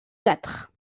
quatre